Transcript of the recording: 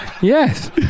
Yes